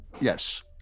yes